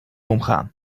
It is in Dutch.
omgaan